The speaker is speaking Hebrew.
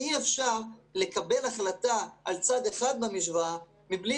אי-אפשר לקבל החלטה על צד אחד במשוואה מבלי